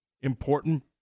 important